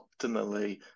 optimally